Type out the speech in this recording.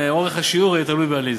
אורך השיעור יהיה תלוי בעליזה.